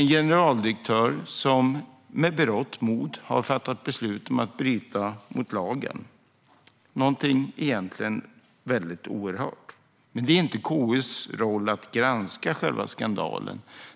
En generaldirektör har med berått mod fattat beslut om att bryta mot lagen - egentligen någonting väldigt oerhört. Men det är inte KU:s roll att granska själva skandalen.